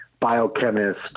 biochemist